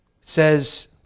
Says